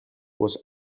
was